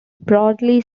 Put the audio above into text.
broadly